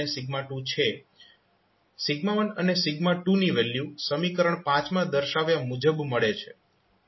1 અને 2 ની વેલ્યુ સમીકરણ માં દર્શાવ્યા મુજબ મળે છે